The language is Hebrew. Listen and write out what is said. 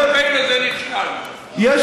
כל הקמפיין נכשל, הקמפיין להחזרת כלי נשק.